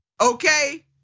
Okay